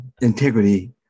integrity